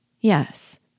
Yes